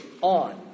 on